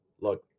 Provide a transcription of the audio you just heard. look